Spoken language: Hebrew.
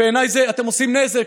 בעיניי אתם עושים נזק.